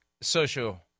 social